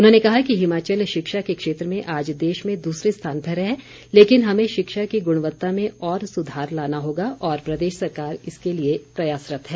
उन्होंने कहा कि हिमाचल शिक्षा के क्षेत्र में आज देश में दूसरे स्थान पर है लेकिन हमें शिक्षा की गुणवत्ता में और सुधार लाना होगा और प्रदेश सरकार इसके लिए प्रयासरत्त है